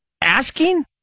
asking